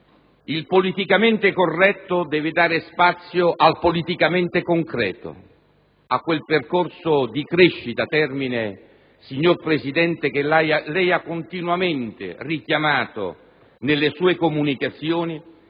Il politicamente corretto deve dare spazio al politicamente concreto, a quel percorso di crescita che lei, signor Presidente, ha continuamente richiamato nelle sue comunicazioni,